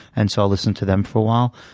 and so i'll listen to them for a while.